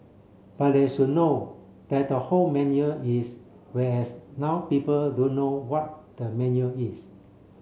but they should know that the whole menu is whereas now people don't what the menu is